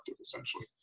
essentially